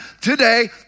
today